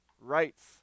rights